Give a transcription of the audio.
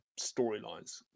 storylines